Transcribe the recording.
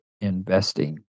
investing